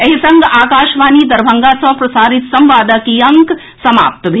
एहि संग आकाशवाणी दरभंगा सँ प्रसारित संवादक ई अंक समाप्त भेल